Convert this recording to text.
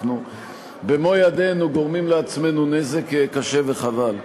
אנחנו במו-ידינו גורמים לעצמנו נזק קשה, וחבל.